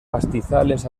pastizales